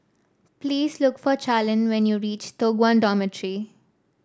please look for Charline when you reach Toh Guan Dormitory